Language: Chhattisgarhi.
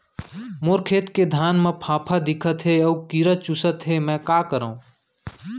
मोर खेत के धान मा फ़ांफां दिखत हे अऊ कीरा चुसत हे मैं का करंव?